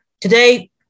Today